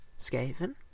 Skaven